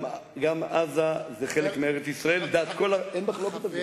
גם עזה זה חלק מארץ-ישראל, אין מחלוקת על זה.